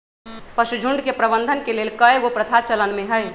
पशुझुण्ड के प्रबंधन के लेल कएगो प्रथा चलन में हइ